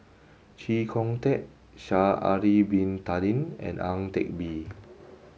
Chee Kong Tet Sha'ari Bin Tadin and Ang Teck Bee